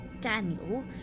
Daniel